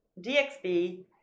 DXB